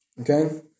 Okay